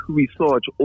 research